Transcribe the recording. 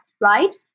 Right